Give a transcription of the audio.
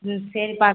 ம் சரிப்பா